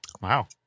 wow